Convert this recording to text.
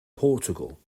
portugal